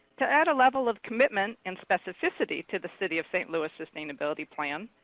to add a level of commitment and specificity to the city of st. louis' sustainability plan,